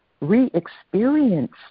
re-experience